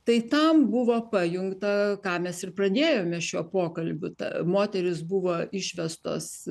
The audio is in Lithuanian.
tai tam buvo pajungta ką mes ir pradėjome šiuo pokalbiu ta moterys buvo išvestos